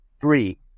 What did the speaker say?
Three